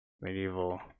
Medieval